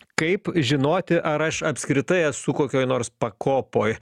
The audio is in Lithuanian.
kaip žinoti ar aš apskritai esu kokioj nors pakopoj